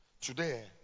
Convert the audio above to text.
today